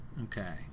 Okay